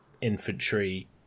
infantry